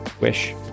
wish